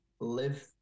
live